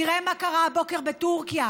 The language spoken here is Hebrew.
תראה מה קרה הבוקר בטורקיה.